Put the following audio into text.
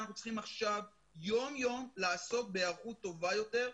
אנחנו צריכים עכשיו יום יום לעסוק בהיערכות טובה יותר.